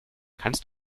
kannst